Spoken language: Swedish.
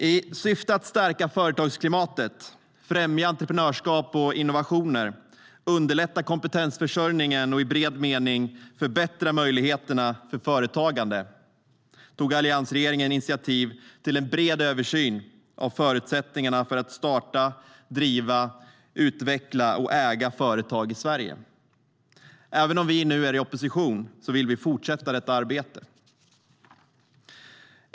I syfte att stärka företagsklimatet, främja entreprenörskap och innovationer, underlätta kompetensförsörjningen och i bred mening förbättra möjligheterna för företagande tog alliansregeringen initiativ till en bred översyn av förutsättningarna för att starta, driva, utveckla och äga företag i Sverige. Även om vi nu är i opposition vill vi fortsätta detta arbete.